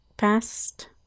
past